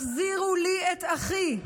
החזירו לי את אחי.